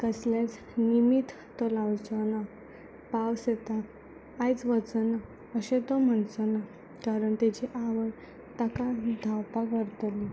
कसलेंच निमित्त तो लावचो ना पावस येता आयज वचना अशें तो म्हणचो ना कारण ताची आवड ताका विटावपाक व्हरतली